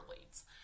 leads